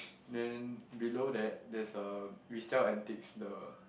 then below that there's a resell antiques the